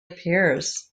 appears